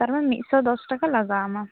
ᱛᱟᱨᱢᱟᱱᱮ ᱢᱤᱫ ᱥᱚ ᱫᱚᱥ ᱴᱟᱠᱟ ᱞᱟᱜᱟᱣᱟᱢᱟ